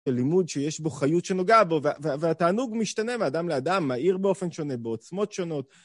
לימוד שיש בו חיות שנוגעת בו, ו... ו... והתענוג משתנה מאדם לאדם, מעיר באופן שונה, בעוצמות שונות.